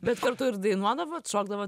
bet kartu ir dainuodavot šokdavot